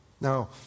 Now